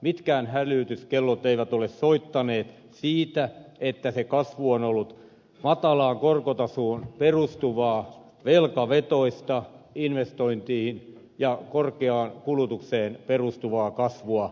mitkään hälytyskellot eivät ole soineet siitä että se kasvu on ollut matalaan korkotasoon perustuvaa velkavetoista investointiin ja korkeaan kulutukseen perustuvaa kasvua